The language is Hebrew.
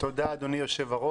תודה אדוני היו"ר.